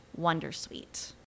wondersuite